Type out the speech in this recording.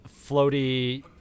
floaty